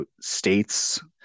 states